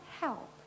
help